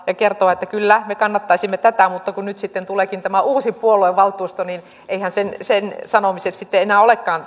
ja kertoa että kyllä me kannattaisimme tätä mutta kun nyt sitten tuleekin tämä uusi puoluevaltuusto niin eiväthän sen sen vanhan sanomiset sitten enää olekaan